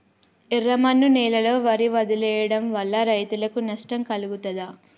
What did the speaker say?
ఎర్రమన్ను నేలలో వరి వదిలివేయడం వల్ల రైతులకు నష్టం కలుగుతదా?